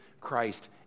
Christ